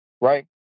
right